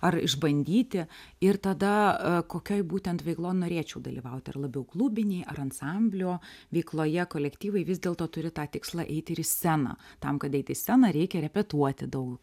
ar išbandyti ir tada kokioj būtent veikloj norėčiau dalyvauti ar labiau klubinėj ar ansamblio veikloje kolektyvai vis dėlto turi tą tikslą eiti ir į sceną tam kad eit į sceną reikia repetuoti daug